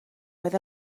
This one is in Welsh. oedd